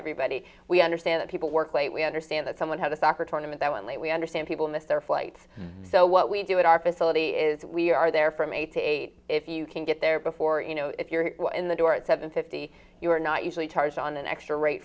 everybody we understand that people work late we understand that someone had a soccer tournament that went we understand people missed their flight so what we do at our facility is we are there from eight to eight if you can get there before you know if you're in the door at seven fifty you are not usually charged on an extra rate